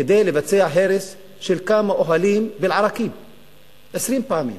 כדי לבצע הרס של כמה אוהלים באל-עראקיב 20 פעמים,